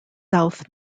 south